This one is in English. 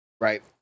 Right